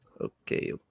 okay